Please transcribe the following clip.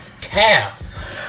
calf